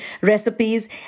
recipes